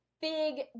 big